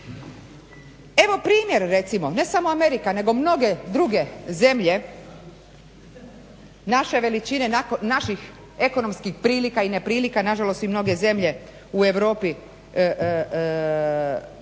Evo primjer recimo ne samo Amerika nego mnoge druge zemlje naše veličine nakon naših ekonomskih prilika i neprilika nažalost i mnoge zemlje u Europi